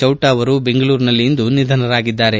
ಚೌಟ ಅವರು ಬೆಂಗಳೂರಿನಲ್ಲಿ ಇಂದು ನಿಧನರಾಗಿದ್ದಾರೆ